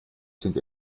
sind